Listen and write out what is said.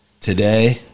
Today